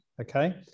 Okay